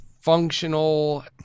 functional